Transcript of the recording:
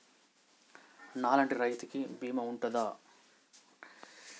నా లాంటి రైతు కి బీమా ఉంటుందా?